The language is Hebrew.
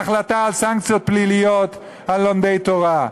תקבל החלטה על סנקציות פליליות על לומדי תורה,